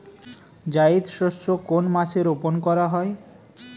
জায়িদ শস্য কোন মাসে রোপণ করা হয়?